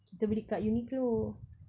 kita beli kat uniqlo